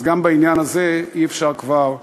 אז גם בעניין הזה אי-אפשר כבר להתגאות.